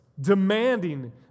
demanding